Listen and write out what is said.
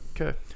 Okay